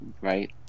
right